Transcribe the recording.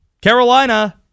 Carolina